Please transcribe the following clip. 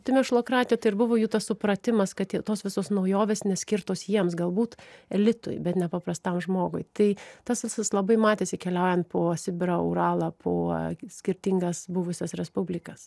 tai mėšlokratyja tai ir buvo jų tas supratimas kad tos visos naujovės neskirtos jiems galbūt elitui bet ne paprastam žmogui tai tas visas labai matėsi keliaujant po sibirą uralą po skirtingas buvusias respublikas